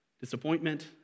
Disappointment